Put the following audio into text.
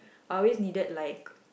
I always needed like